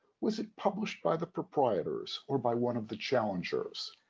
was it published by the proprietors or by one of the challengers?